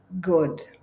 good